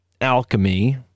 alchemy